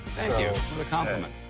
thank you for the compliment.